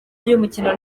ry’umurimo